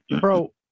Bro